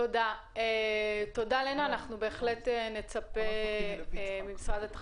אנחנו בשלבים של להוציא את הנושא הזה